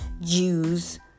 Jews